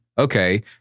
okay